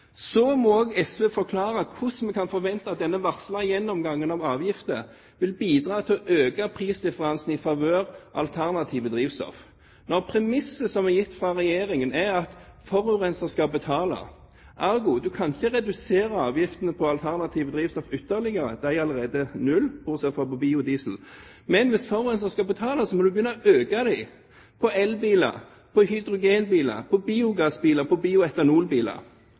Så må også SV forklare hvordan vi kan forvente at denne varslede gjennomgangen av avgifter vil bidra til å øke prisdifferansen i favør av alternative drivstoff, når premisset som er gitt fra Regjeringen, er at forurenser skal betale. Ergo: Du kan ikke redusere avgiftene på alternative drivstoff ytterligere, for de er allerede på null, bortsett fra på biodiesel. Men hvis forurenser skal betale, så må man begynne å øke avgiftene på elbiler, på hydrogenbiler, på biogassbiler og på bioetanolbiler.